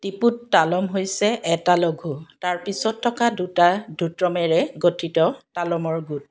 ত্ৰিপুত তালম হৈছে এটা লঘু তাৰ পিছত থকা দুটা ধ্ৰুতমেৰে গঠিত তালমৰ গোট